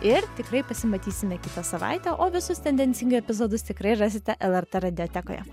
ir tikrai pasimatysime kitą savaitę o visus tendencingai epizodus tikrai rasite lrt radiotekoje